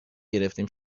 گرفتیم